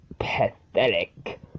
Pathetic